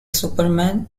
superman